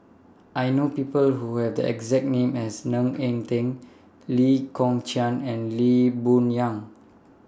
I know People Who Have The exact name as Ng Eng Teng Lee Kong Chian and Lee Boon Yang